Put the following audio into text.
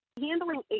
handling